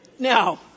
Now